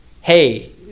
hey